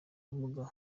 ubumuga